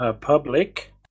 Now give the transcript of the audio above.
Public